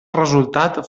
resultat